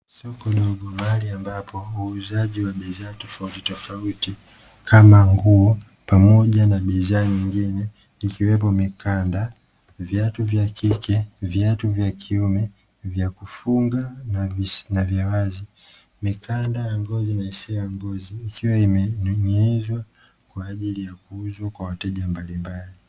Soko dogo mahali ambapo uuzaji wa bidhaa tofauti tofauti kama; nguo, pamoja na bidhaa nyingine ikiwepo mikanda, viatu vya kike, viatu vya kiume, vya kufunga na vya wazi, mikanda ya ngozi na isiyo ya ngozi ikiwa imening'inizwa kwa ajili ya kuuzwa kwa wateja mbalimbali.